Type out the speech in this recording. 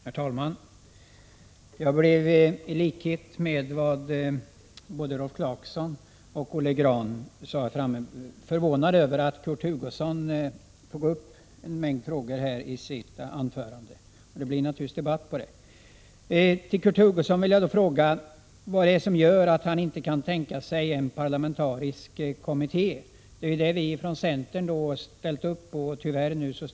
Herr talman! Jag blev i likhet med både Rolf Clarkson och Olle Grahn förvånad över den mängd frågor Kurt Hugosson tog upp i sitt anförande. Naturligtvis blir det debatt om dessa frågor. Jag vill fråga Kurt Hugosson vad det är som gör att han inte kan tänka sig en parlamentarisk kommitté. Från centern har vi ställt oss bakom kravet på en sådan.